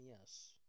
yes